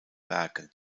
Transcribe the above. werken